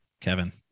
Kevin